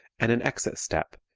and an exit step,